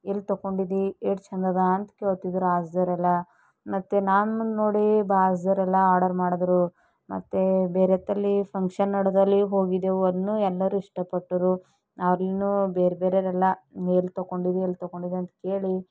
ಎಲ್ಲಿ ತಗೊಂಡಿದ್ದಿ ಎಷ್ಟು ಚೆಂದದ ಅಂತ ಕೇಳ್ತಿದ್ದರು ಆಜುದೋರೆಲ್ಲ ಮತ್ತು ನನ್ನನ್ನ ನೋಡಿ ಬಾಜುದೋರೆಲ್ಲ ಆರ್ಡರ್ ಮಾಡಿದರೂ ಮತ್ತು ಬೇರೆ ತಲೆ ಫಂಕ್ಷನ್ ನಡುಗಲಿ ಹೋಗಿ ದ್ದೆವು ಅದನ್ನು ಎಲ್ಲರೂ ಇಷ್ಟಪಟ್ಟರು ಅಲ್ಲಿಯೂ ಬೇರೆ ಬೇರೆಯೋರೆಲ್ಲ ಎಲ್ಲಿ ತಗೊಂಡಿದ್ದೀ ಎಲ್ಲಿ ತಕೊಂಡಿದ್ದೀ ಅಂತ ಕೇಳಿ